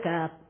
up